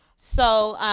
so,